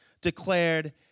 declared